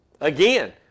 Again